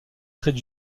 traits